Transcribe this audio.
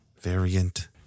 variant